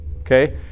okay